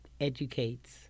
educates